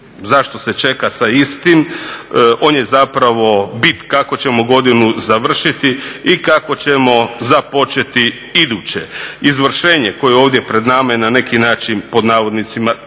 zašto se čeka sa istim. On je zapravo bit kako ćemo godinu završiti i kako ćemo započeti iduće. Izvršenje koje je pred nama je na neki način pod navodnicima